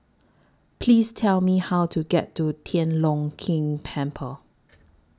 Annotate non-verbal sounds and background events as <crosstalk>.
Please Tell Me How to get to Tian Leong Keng Temple <noise>